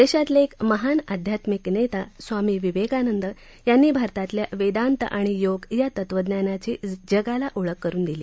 देशातले एक महान आध्यात्मिक नेता स्वामी विवेकानंद यांनी भारतातल्या वेदांत आणि योग या तत्वज्ञानांची जगाला ओळख करुन दिली